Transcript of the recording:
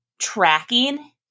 tracking